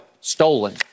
Stolen